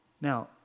Now